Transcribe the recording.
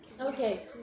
Okay